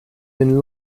been